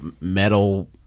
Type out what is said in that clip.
metal